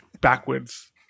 backwards